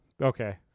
Okay